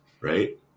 right